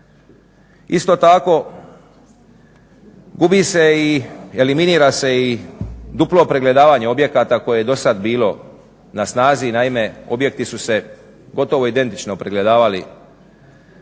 se i eliminira se i duplo pregledavanje objekata koje je dosad bilo na snazi. Naime objekti su se gotovo identično pregledavali